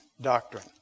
doctrine